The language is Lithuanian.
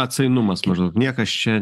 atsainumas maždaug niekas čia